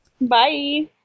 Bye